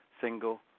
single